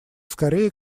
скорее